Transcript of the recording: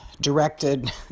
directed